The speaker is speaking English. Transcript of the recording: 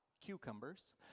cucumbers